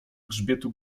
grzbietu